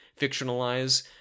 fictionalize